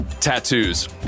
Tattoos